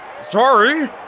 Sorry